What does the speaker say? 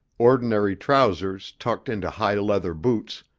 ordinary trousers tucked into high leather boots,